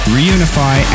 Reunify